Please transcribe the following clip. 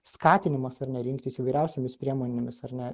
skatinimas ar ne rinktis įvairiausiomis priemonėmis ar ne